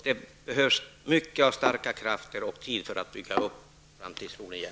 Det behövs mycket starka krafter och mycket tid för att bygga upp framtidstron igen.